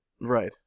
right